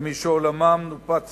למי שעולמם נופץ